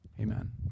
Amen